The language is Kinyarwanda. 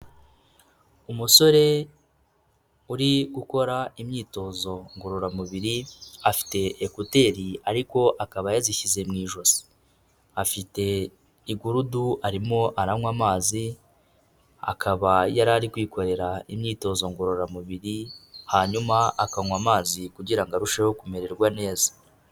Umusore uri gukora imyitozo ngororamubiri, afite ekuteri ariko akaba yazishyize mu ijosi. Afite igurudu arimo aranywa amazi, akaba yari ari kwikorera imyitozo ngororamubiri, hanyuma akanywa amazi kugira ngo arusheho kumererwa neza.